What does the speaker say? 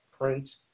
print